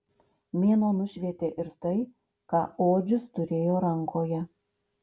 mėnuo nušvietė ir tai ką odžius turėjo rankoje